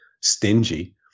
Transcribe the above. stingy